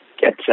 get